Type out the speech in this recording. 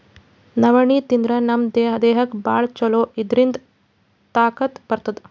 ನವಣಿ ತಿಂದ್ರ್ ನಮ್ ದೇಹಕ್ಕ್ ಭಾಳ್ ಛಲೋ ಇದ್ರಿಂದ್ ತಾಕತ್ ಬರ್ತದ್